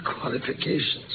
qualifications